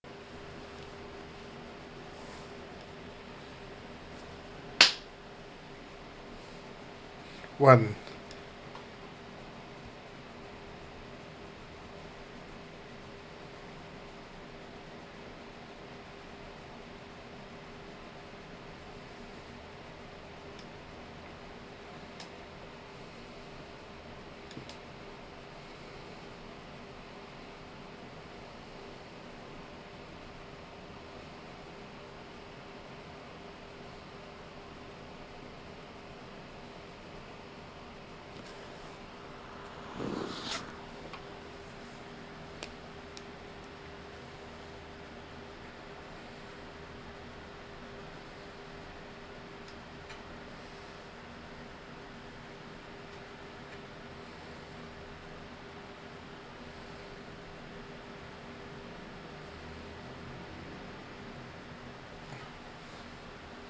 one